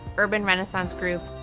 urban renaissance group,